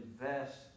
invest